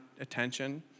attention